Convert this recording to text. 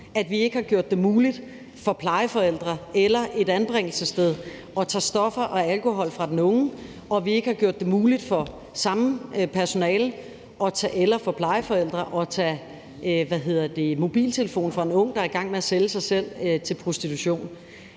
at vi ikke har gjort det muligt for plejeforældre eller et anbringelsessted at tage stoffer og alkohol fra den unge, og at vi ikke har gjort det muligt for samme personale eller for plejeforældre at tage mobiltelefonen fra en ung, der er i gang med at sælge sig selv til prostitution.